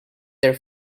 their